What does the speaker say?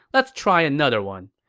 let's try another one.